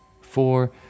four